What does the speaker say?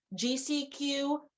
GCQ